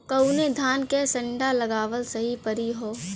कवने धान क संन्डा लगावल सही परी हो?